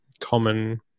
Common